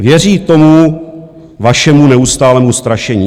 Věří tomu vašemu neustálému strašení.